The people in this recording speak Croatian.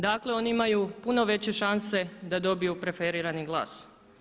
Dakle oni imaju puno veće šanse da dobiju preferencijalni glas.